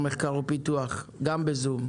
בבקשה,